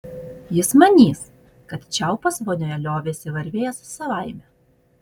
jis manys kad čiaupas vonioje liovėsi varvėjęs savaime